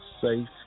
safe